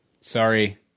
Sorry